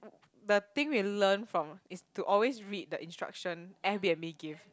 the thing we learn from is to always read the instruction and we're make if